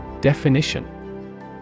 Definition